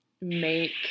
make